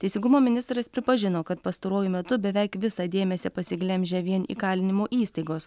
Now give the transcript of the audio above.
teisingumo ministras pripažino kad pastaruoju metu beveik visą dėmesį pasiglemžia vien įkalinimo įstaigos